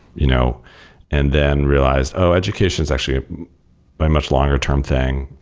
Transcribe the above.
you know and then realized, oh! education is actually a much longer-term thing.